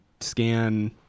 scan